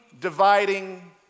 dividing